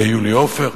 ליולי עופר,